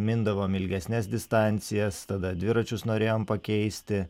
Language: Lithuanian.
mindavom ilgesnes distancijas tada dviračius norėjom pakeisti